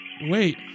Wait